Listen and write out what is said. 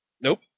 Nope